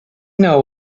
know